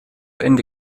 ende